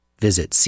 Visit